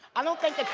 i don't think